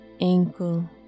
ankle